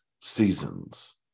seasons